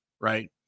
Right